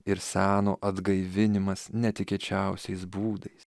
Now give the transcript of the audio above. ir seno atgaivinimas netikėčiausiais būdais